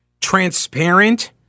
transparent